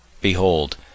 Behold